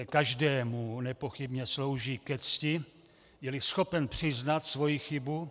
Každému nepochybně slouží ke cti, jeli schopen přiznat svoji chybu.